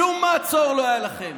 שום מעצור לא היה לכם.